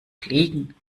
fliegen